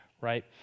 right